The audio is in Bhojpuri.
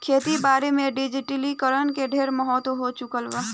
खेती बारी में डिजिटलीकरण के ढेरे महत्व हो चुकल बा